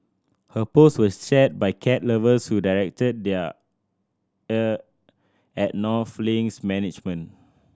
her post was shared by cat lovers who directed their ire at North Link's management